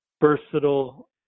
versatile